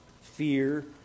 fear